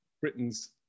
Britain's